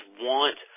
want